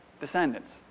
descendants